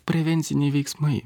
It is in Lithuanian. prevenciniai veiksmai